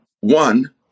One